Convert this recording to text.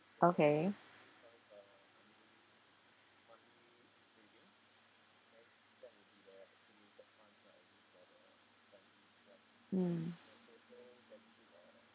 okay mm